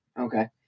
Okay